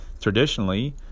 traditionally